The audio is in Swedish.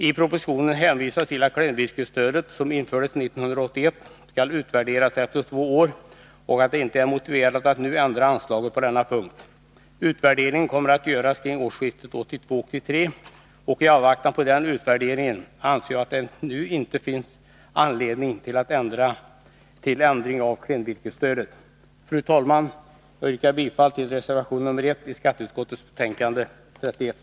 I propositionen hänvisas till att klenvirkesstödet, som infördes 1981, skall utvärderas efter två år och att det inte är motiverat att nu ändra anslaget på denna punkt. Utvärderingen kommer att göras kring årsskiftet 1982-1983, och i avvaktan på den utvärderingen anser jag att det inte nu finns anledning till ändring av klenvirkesstödet. Fru talman! Jag yrkar bifall till reservation nr 1 till skatteutskottets betänkande 31.